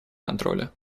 контроля